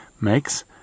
makes